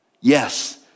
Yes